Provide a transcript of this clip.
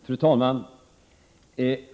Fru talman!